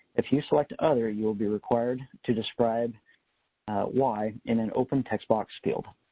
if you select other, you'll be required to describe why in an open text box field.